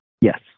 Yes